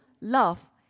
love